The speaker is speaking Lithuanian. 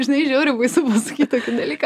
žinai žiauriai baisu pasakyt tokį dalyką